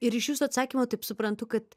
ir iš jūsų atsakymo taip suprantu kad